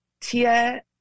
Tia